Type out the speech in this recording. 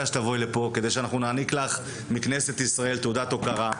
אנחנו רוצים להעניק לך מכנסת ישראל תעודת הוקרה.